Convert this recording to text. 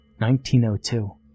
1902